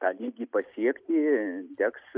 tą lygį pasiekti teks